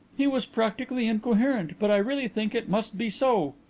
he was practically incoherent, but i really think it must be so.